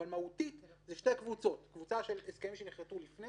אבל מהותית זה שתי קבוצות: קבוצה של הסכמים שנכרתו לפני